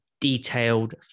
detailed